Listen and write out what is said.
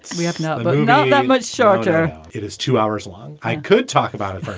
we have not but not that much shorter. it is two hours long. i could talk about it, but